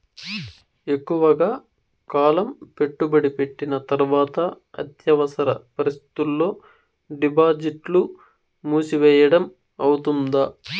ఎక్కువగా కాలం పెట్టుబడి పెట్టిన తర్వాత అత్యవసర పరిస్థితుల్లో డిపాజిట్లు మూసివేయడం అవుతుందా?